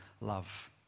love